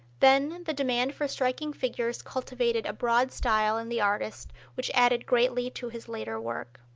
then the demand for striking figures cultivated a broad style in the artist which added greatly to his later work.